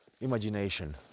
Imagination